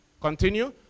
continue